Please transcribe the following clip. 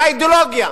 זו האידיאולוגיה.